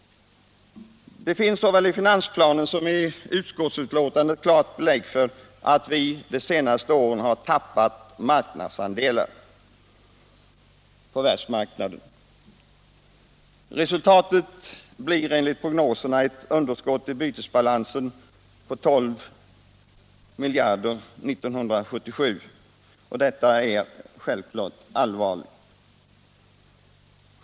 Det finns såväl i finansplanen som i utskottsbetänkandet klart belägg för att vi under de senaste åren har tappat marknadsandelar på världsmarknaden. Resultatet blir enligt prognoserna ett underskott i bytesbalansen på 12 miljarder kronor år 1977. Detta är givetvis allvarligt.